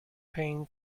pain